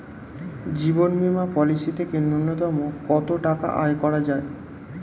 জীবন বীমা পলিসি থেকে ন্যূনতম কত টাকা আয় করা যায়?